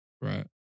right